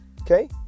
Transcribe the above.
Okay